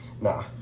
Nah